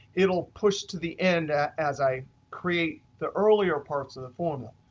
it'll push to the end as i create the earlier parts of the formula.